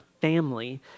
family